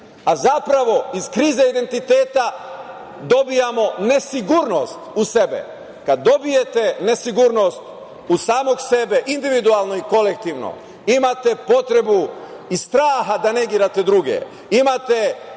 a zapravo iz krize identiteta dobijamo nesigurnost u sebe. Kada dobijete nesigurnost u samog sebe, individualno i kolektivno imate potrebu iz straha da negirate druge, imate